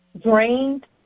drained